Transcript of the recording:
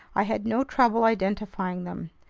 i had no trouble identifying them.